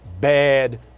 bad